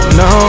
no